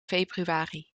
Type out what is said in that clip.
februari